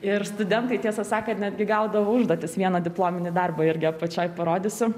ir studentai tiesą sakant netgi gaudavo užduotis vieną diplominį darbą irgi apačioj parodysiu